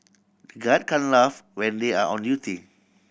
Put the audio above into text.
the guard can laugh when they are on duty